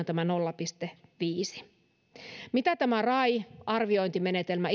tämä nolla pilkku viisi astuu voimaan ensimmäinen kahdeksatta mitä tämä rai arviointimenetelmä